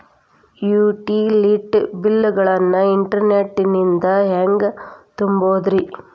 Utility bill ಗಳನ್ನ internet ನಿಂದ ಹೆಂಗ್ ತುಂಬೋದುರಿ?